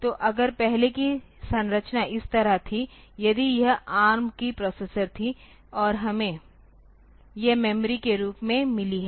तो अगर पहले की संरचना इस तरह थी यदि यह ARM की प्रोसेस थी और हमें यह मेमोरी के रूप में मिली है